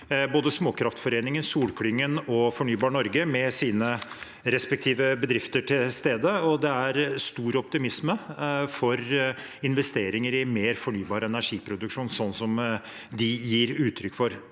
både Småkraftforeninga, Solenergiklyngen og Fornybar Norge, med sine respektive bedrifter til stede. Det er stor optimisme for investeringer i mer fornybar energiproduksjon, som de gir uttrykk for.